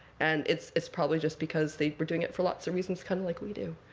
and it's it's probably just because they've been doing it for lots of reasons, kind of like we do.